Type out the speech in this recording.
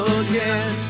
again